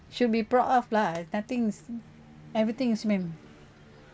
should be proud of lah nothing's everything is been